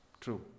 True